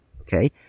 Okay